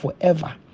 forever